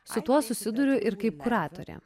su tuo susiduriu ir kaip kuratorė